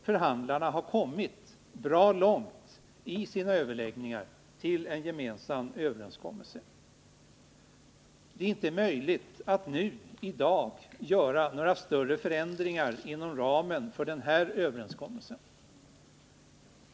Förhandlarna har kommit långt i sina överläggningar om en gemensam överenskommelse. Det är inte möjligt att nu göra några större förändringar inom ramen för denna överenskommelse.